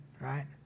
right